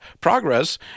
Progress